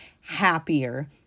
happier